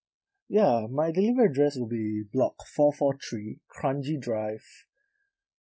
ya my delivery address will be block four four three kranji drive